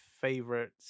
favorites